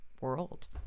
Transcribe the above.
world